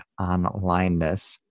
Onlineness